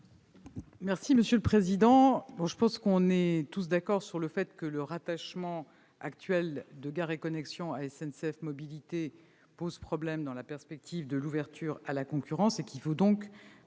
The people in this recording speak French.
du Gouvernement ? Nous sommes tous d'accord sur le fait que le rattachement actuel de Gares & Connexions à SNCF Mobilités pose problème dans la perspective de l'ouverture à la concurrence.